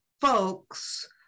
folks